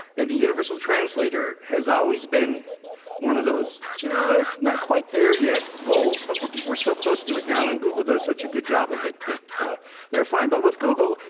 and the universal translator has always been one of those just not quite there yet goals, but we're we're so close to it now, and google does such a good job of it that they're fine. but with google,